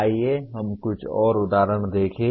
आइए हम कुछ और उदाहरण देखें